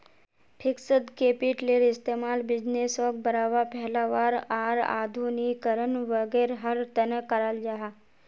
fixed कैपिटलेर इस्तेमाल बिज़नेसोक बढ़ावा, फैलावार आर आधुनिकीकरण वागैरहर तने कराल जाहा